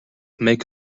make